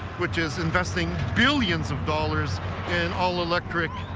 which is investing billions of dollars in all-electric,